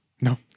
No